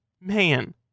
man